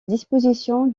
disposition